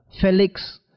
Felix